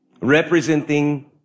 Representing